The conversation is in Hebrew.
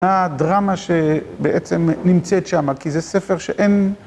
הדרמה שבעצם נמצאת שם כי זה ספר שאין